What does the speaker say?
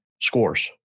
scores